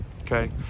okay